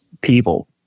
people